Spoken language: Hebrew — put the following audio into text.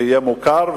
ויהיה מוכר,